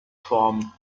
form